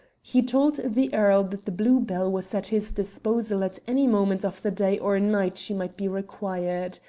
he told the earl that the blue-bell was at his disposal at any moment of the day or night she might be required.